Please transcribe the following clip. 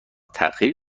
تاخیر